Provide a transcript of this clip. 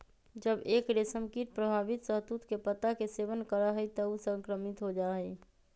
जब एक रेशमकीट प्रभावित शहतूत के पत्ता के सेवन करा हई त ऊ संक्रमित हो जा हई